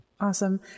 Awesome